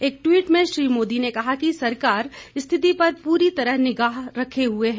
एक ट्वीट में श्री मोदी ने कहा कि सरकार स्थिति पर पूरी तरह निगाह रख हुए है